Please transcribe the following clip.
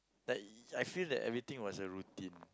that I feel that everything was a routine